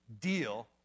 deal